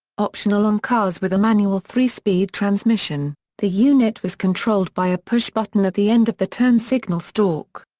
optional on cars with a manual three-speed transmission, the unit was controlled by a pushbutton at the end of the turn signal stalk.